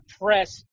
press